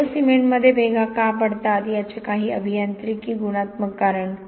ferro सिमेंटमध्ये भेगा का पडतात याचे काही अभियांत्रिकी गुणात्मक कारण